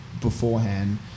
beforehand